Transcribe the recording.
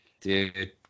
dude